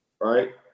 Right